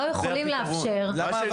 זה הפיתרון.